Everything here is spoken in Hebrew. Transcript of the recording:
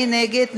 מי נגד?